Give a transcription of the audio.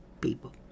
people